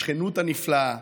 השכנות הנפלאה,